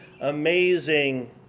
amazing